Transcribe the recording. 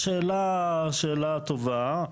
זאת שאלה טובה.